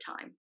time